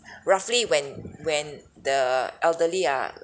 roughly when when the elderly are